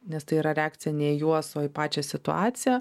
nes tai yra reakcija ne į juos o į pačią situaciją